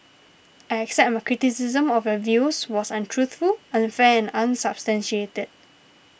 I accept my criticism of your views was untruthful unfair and unsubstantiated